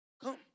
Come